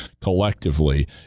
collectively